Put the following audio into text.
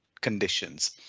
conditions